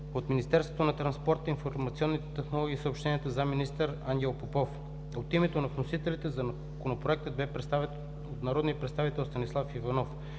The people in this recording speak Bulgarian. от Министерството на транспорта, информационните технологии и съобщенията – зам.-министър Ангел Попов. От името на вносителите Законопроектът бе представен от народния представител Станислав Иванов.